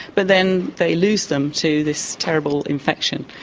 but then they lose them to this terrible infection.